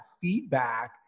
feedback